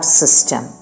system